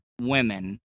women